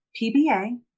PBA